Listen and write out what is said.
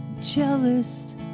jealous